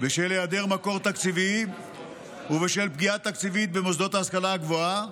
בשל היעדר מקור תקציבי ובשל פגיעה תקציבית במוסדות ההשכלה הגבוהה,